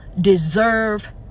deserve